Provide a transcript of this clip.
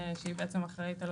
שאחראית על